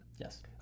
Yes